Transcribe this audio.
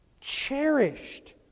cherished